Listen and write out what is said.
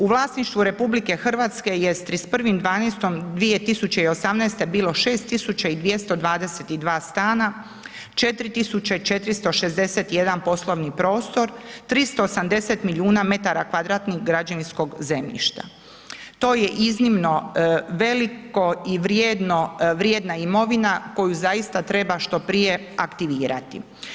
U vlasništvu RH je s 31.12.2018. bilo 6222 stana, 4461 poslovni prostor, 380 milijuna m2 građevinskog zemljišta, to je iznimno veliko i vrijedno, vrijedna imovina koju zaista treba što prije aktivirati.